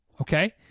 okay